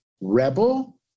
rebel